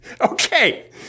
okay